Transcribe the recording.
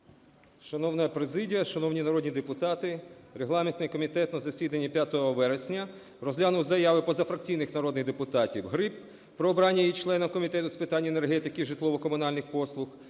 Шановна президія, шановні народні депутати! Регламентний комітет на засіданні 5 вересня розглянув заяви позафракційних народних депутатів: Гриб – про обрання її членом Комітету з питань енергетики та житлово-комунальних послуг;